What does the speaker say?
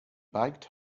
biked